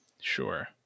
Sure